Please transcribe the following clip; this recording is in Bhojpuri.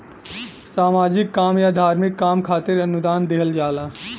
सामाजिक काम या धार्मिक काम खातिर अनुदान दिहल जाला